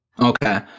Okay